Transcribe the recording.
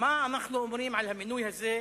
מה אנחנו אומרים על המינוי הזה,